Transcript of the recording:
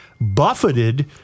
buffeted